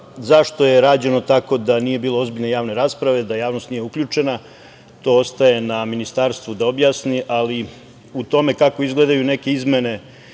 je rađeno tako da nije bilo ozbiljne javne rasprave, da javnost nije uključena, to ostaje na Ministarstvu da objasni, ali o tome kako izgledaju neke izmene